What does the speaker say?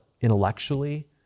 intellectually